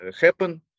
happen